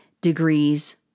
degrees